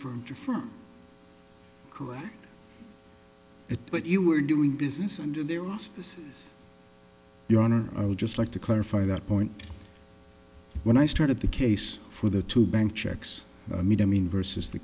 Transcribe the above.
your from it but you were doing business and there was your honor i would just like to clarify that point when i started the case for the two bank checks i mean i mean versus the